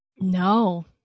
No